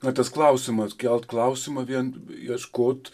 na tas klausimas kelt klausimą vien ieškot